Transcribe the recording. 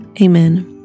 Amen